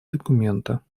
документа